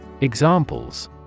Examples